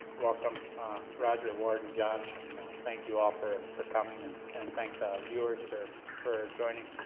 welcome roger, ward, and josh, and thank you all for for coming, and and thank the viewers for for joining.